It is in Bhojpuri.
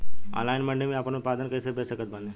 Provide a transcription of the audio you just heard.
ऑनलाइन मंडी मे आपन उत्पादन कैसे बेच सकत बानी?